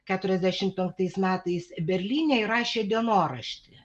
keturiasdešimt penktais metais berlyne ir rašė dienoraštį